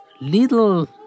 little